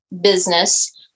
business